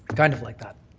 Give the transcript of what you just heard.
kind of like that.